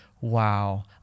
wow